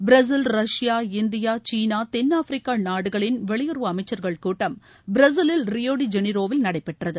Brazil Russia India சீனா தென் Africa நாடுகளின் வெளியுறவு அமைச்சா்கள் கூட்டம் பிரேசிலில் ரியோடி ஜெனிரோவில் நடைபெற்றது